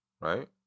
Right